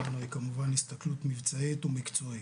הסתכלות מבצעית ומקצועית.